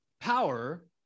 power